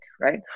right